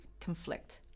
conflict